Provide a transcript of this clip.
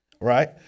Right